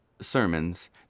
sermons